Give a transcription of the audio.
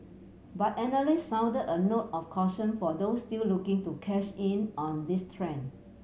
but analysts sounded a note of caution for those still looking to cash in on this trend